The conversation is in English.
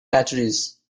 batteries